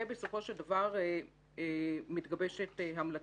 ובסופו של דבר מתגבשת המלצה.